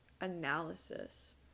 analysis